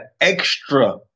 extra